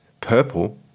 purple